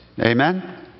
Amen